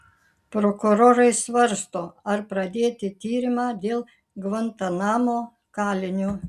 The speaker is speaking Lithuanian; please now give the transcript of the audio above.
prokurorai svarsto ar pradėti tyrimą dėl gvantanamo kalinio